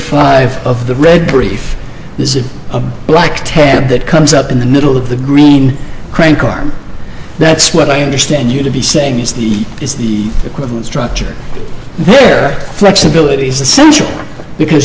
five of the read brief this is a bright ten that comes up in the middle of the green crank arm that's what i understand you to be saying is the is the equivalent structure their flexibility is essential because